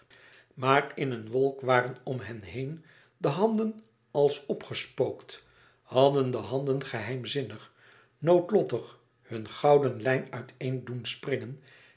maar in een wolk waren om hen heen de handen als opgespookt hadden de handen geheimzinnig noodlottig hun gouden lijn uit een doen springen